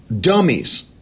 dummies